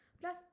plus